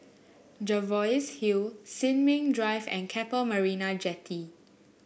Jervois Hill Sin Ming Drive and Keppel Marina Jetty